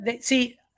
see